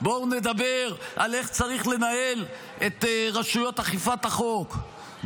בואו נדבר על איך צריך לנהל את רשויות אכיפת החוק,